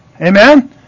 Amen